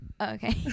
Okay